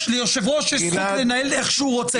ליושב-ראש יש זכות לנהל איך שהוא רוצה,